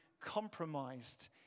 compromised